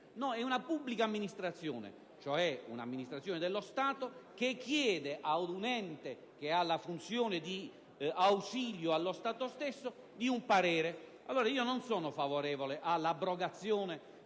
è una pubblica amministrazione, cioè un'amministrazione dello Stato che chiede ad un ente che ha la funzione di ausilio allo Stato stesso un parere. Allora, io non sono favorevole all'abrogazione